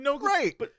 Right